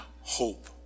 hope